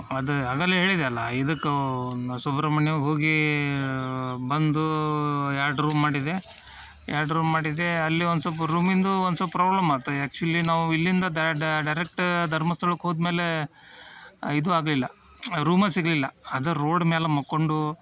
ಅದು ಆಗಲೇ ಹೇಳಿದೆ ಅಲ್ವ ಇದಕ್ಕೆ ಸುಬ್ರಹ್ಮಣ್ಯಗೆ ಹೋಗಿ ಬಂದು ಎರಡು ರೂಮ್ ಮಾಡಿದೆ ಎರಡು ರೂಮ್ ಮಾಡಿದೆ ಅಲ್ಲಿ ಒಂದು ಸೊಲ್ಪ ರೂಮಿಂದು ಒಂದು ಸೊಲ್ಪ ಪ್ರಾಬ್ಲಮ್ ಆಯ್ತು ಆ್ಯಕ್ಚುಲಿ ನಾವು ಇಲ್ಲಿಂದ ದ ಡೈರೆಕ್ಟ್ ಧರ್ಮಸ್ಥಳಕ್ಕೆ ಹೋದಮೇಲೆ ಇದು ಆಗಲಿಲ್ಲ ರೂಮೇ ಸಿಗಲಿಲ್ಲ ಅದೇ ರೋಡ್ ಮ್ಯಾಲೆ ಮಲ್ಕೊಂಡು